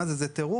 מה זה, זה טירוף.